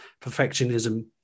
perfectionism